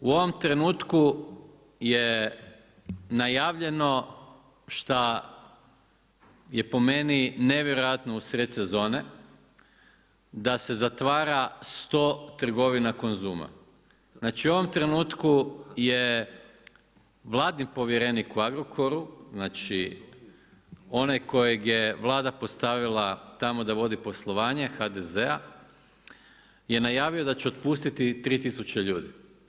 U ovom trenutku je najavljeno šta je po meni nevjerojatno u sred sezone da se zatvara 100 trgovina Konzuma, znači u ovom trenutku je vladin povjerenik u Agrokoru znači onaj kojega je Vlada postavila tamo da vodi poslovanje, HDZ-a, je da će otpustiti tri tisuće ljudi.